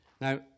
Now